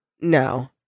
No